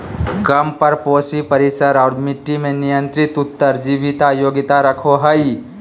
कम परपोषी परिसर और मट्टी में नियंत्रित उत्तर जीविता योग्यता रखो हइ